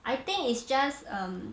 I think it's just um